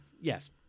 yes